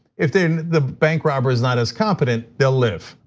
in the bank robbers not as competent, they'll live.